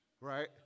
Right